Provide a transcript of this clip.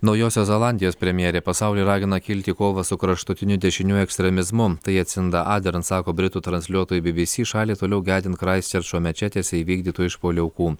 naujosios zelandijos premjerė pasaulį ragina kilti į kovą su kraštutiniu dešiniuoju ekstremizmu tai acinda adern sako britų transliuotojui bbc šaliai toliau gedint kraistčerčo mečetėse įvykdytų išpuolių aukų